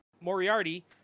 Moriarty